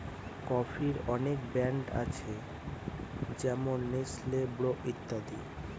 কফির অনেক ব্র্যান্ড আছে যেমন নেসলে, ব্রু ইত্যাদি